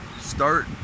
Start